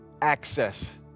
access